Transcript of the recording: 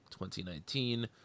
2019